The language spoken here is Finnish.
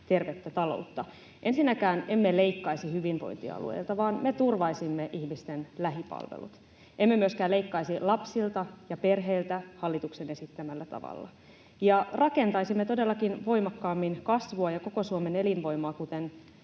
tervettä ta-loutta. Ensinnäkään emme leikkaisi hyvinvointialueilta, vaan me turvaisimme ihmisten lähipalvelut. Emme myöskään leikkaisi lapsilta ja perheiltä hallituksen esittämällä tavalla. Rakentaisimme todellakin voimakkaammin kasvua ja koko Suomen elinvoimaa, kuten